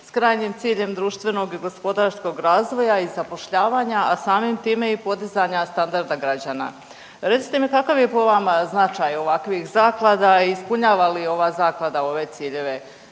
s krajnjim ciljem društvenog i gospodarskog razvoja i zapošljavanja, a samim time i podizanja standarda građana. Recite mi kakav je po vama značaj ovakvih zaklada i ispunjava li ova zaklada ove ciljeve?